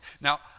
now